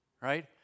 right